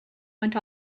went